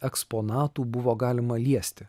eksponatų buvo galima liesti